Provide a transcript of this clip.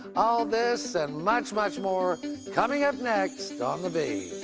all this and much, much more coming up next on the v.